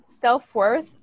self-worth